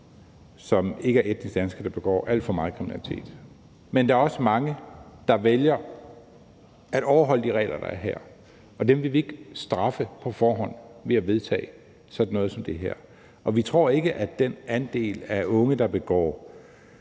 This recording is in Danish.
som ikke er etnisk danske, som begår alt for meget kriminalitet, men der er også mange, der vælger at overholde de regler, der er her, og dem vil vi ikke straffe på forhånd ved at vedtage sådan noget som det her. Vi tror ikke, at den andel af unge, der begår